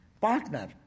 partner